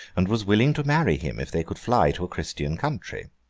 and was willing to marry him if they could fly to a christian country.